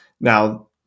Now